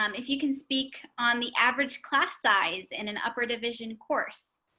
um if you can speak on the average class size and an upper division course.